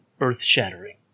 earth-shattering